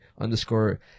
underscore